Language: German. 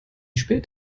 spät